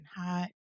hot